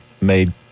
made